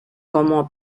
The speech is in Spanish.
como